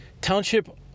township